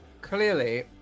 clearly